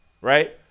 right